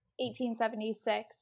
1876